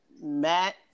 matt